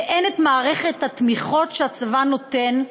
ואין מערכת התמיכות שהצבא נותן,